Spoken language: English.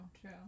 True